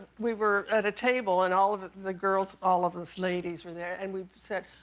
we were at a table, and all of the girls all of us ladies were there, and we said,